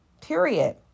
period